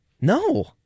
No